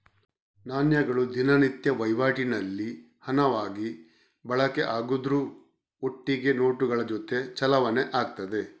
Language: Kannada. ನಾಣ್ಯಗಳು ದಿನನಿತ್ಯದ ವೈವಾಟಿನಲ್ಲಿ ಹಣವಾಗಿ ಬಳಕೆ ಆಗುದ್ರ ಒಟ್ಟಿಗೆ ನೋಟುಗಳ ಜೊತೆ ಚಲಾವಣೆ ಆಗ್ತದೆ